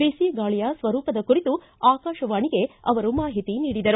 ಬಿಸಿ ಗಾಳಿಯ ಸ್ವರೂಪದ ಕುರಿತು ಆಕಾಶವಾಣಿಗೆ ಅವರು ಮಾಹಿತಿ ನೀಡಿದರು